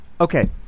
Okay